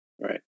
Right